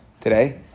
today